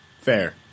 Fair